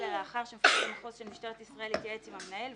אלא לאחר שמפקד המחוז של משטרת ישראל התייעץ עם המנהל,